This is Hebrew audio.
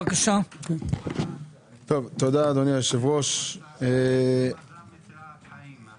אני מבין שהדואר נקרא גם בנק הדואר.